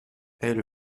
elle